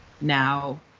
now